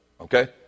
okay